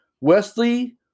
Wesley